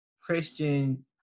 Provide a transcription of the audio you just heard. Christian